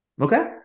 Okay